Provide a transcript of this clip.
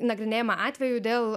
nagrinėjamą atvejų dėl